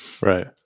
Right